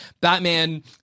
Batman